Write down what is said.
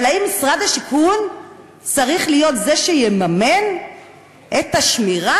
אבל האם משרד השיכון צריך להיות זה שיממן את השמירה?